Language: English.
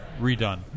redone